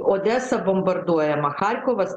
odesa bombarduojama charkovas